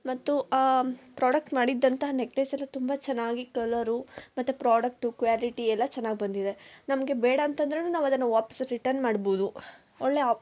ಮತ್ತು ಆ ಪ್ರಾಡಕ್ಟ್ ಮಾಡಿದ್ದಂತಹ ನೆಕ್ಲೆಸ್ ಎಲ್ಲ ತುಂಬ ಚೆನ್ನಾಗಿ ಕಲರು ಮತ್ತು ಪ್ರಾಡಕ್ಟ್ ಕ್ವಾಲಿಟಿ ಎಲ್ಲ ಚೆನ್ನಾಗಿ ಬಂದಿದೆ ನಮಗೆ ಬೇಡಾಂತೆಂದ್ರೆಯು ನಾವದನ್ನು ವಾಪೀಸು ರಿಟರ್ನ್ ಮಾಡ್ಬೋದು ಒಳ್ಳೆ